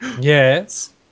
Yes